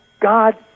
God